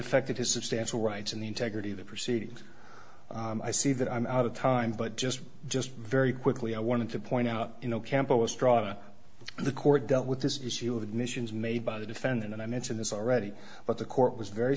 affected his substantial rights and the integrity of the proceedings i see that i'm out of time but just just very quickly i wanted to point out you know campus drama the court dealt with this issue of admissions made by the defendant and i mention this already but the court was very